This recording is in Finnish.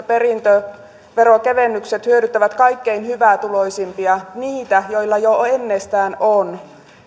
perintöverokevennykset hyödyttävät kaikkein hyvätuloisimpia niitä joilla jo ennestään on